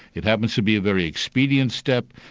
it happens to be a very expedient step,